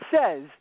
says